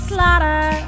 Slaughter